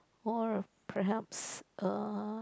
or perhaps uh